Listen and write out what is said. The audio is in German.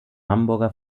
hamburger